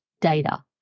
data